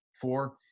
Four